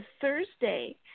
Thursday